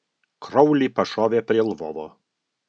kraulį pašovė prie lvovo